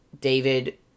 David